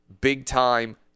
big-time